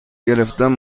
گرفتن